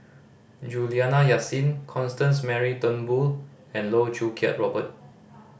Juliana Yasin Constance Mary Turnbull and Loh Choo Kiat Robert